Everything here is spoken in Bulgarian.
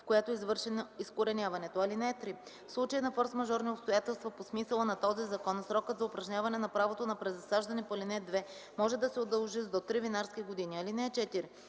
в която е извършено изкореняването. (3) В случай на форсмажорни обстоятелства по смисъла на този закон срокът за упражняване на правото на презасаждане по ал. 2 може да се удължи с до три винарски години. (4)